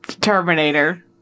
Terminator